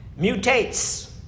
mutates